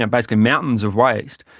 and basically mountains of waste,